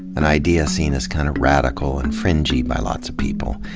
an idea seen as kind of radical and fringe-y by lots of people.